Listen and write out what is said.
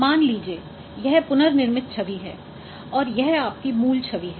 मान लीजिए यह पुनर्निर्मित छवि है और यह आपकी मूल छवि है